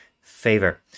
favor